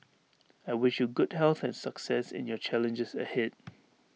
I wish you good health and success in your challenges ahead